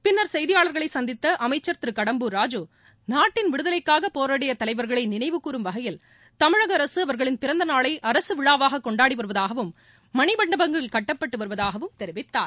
பின்னர் செய்தியாளர்களை சந்தித்த அமைச்சர் திரு கடம்பூர் ராஜூ நாட்டின் விடுதலைக்காக போராடிய தலைவர்களை நினைவுகூறும் வகையில் தமிழக அரசு அவர்களின் பிறந்தநாளை அரசு விழாவாக கொண்டாடி வருவதாகவும் மணிமண்டபங்கள் கட்டப்பட்டு வருவதாகவும் தெரிவித்தார்